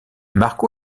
marque